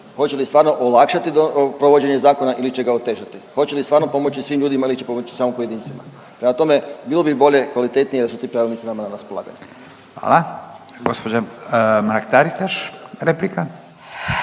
hoće li stvarno olakšati provođenje zakona ili će ga otežati, hoće li stvarno pomoći svim ljudima ili će pomoći samo pojedincima. Prema tome, bilo bi bolje, kvalitetnije da su ti pravilnici nama na raspolaganju. **Radin, Furio